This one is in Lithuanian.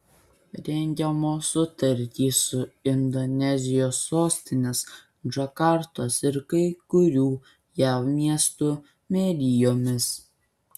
rengiamos sutartys su indonezijos sostinės džakartos ir kai kurių jav miestų merijomis